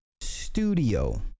studio